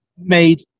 made